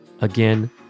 Again